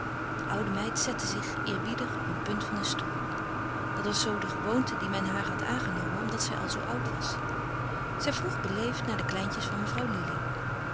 de oude meid zette zich eerbiedig op een punt van een stoel dat was zoo de gewoonte die men met haar had aangenomen omdat zij al zoo oud was zij vroeg beleefd naar de kleintjes van mevrouw lili